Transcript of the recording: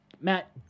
Matt